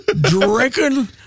drinking